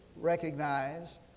recognize